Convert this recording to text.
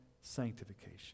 sanctification